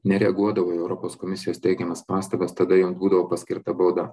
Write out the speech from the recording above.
nereaguodavo į europos komisijos teikiamas pastabas tada jom būdavo paskirta bauda